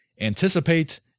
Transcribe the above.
anticipate